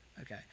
Okay